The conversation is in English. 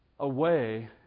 away